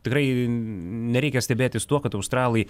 tikrai nereikia stebėtis tuo kad australai